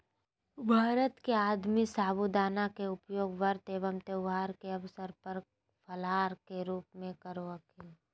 भारत में आदमी साबूदाना के उपयोग व्रत एवं त्यौहार के अवसर पर फलाहार के रूप में करो हखिन